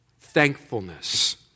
Thankfulness